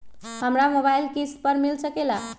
हमरा मोबाइल किस्त पर मिल सकेला?